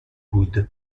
بود